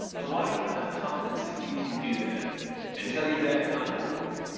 and why do you have confidence that you can do that and tell your dad not to worry?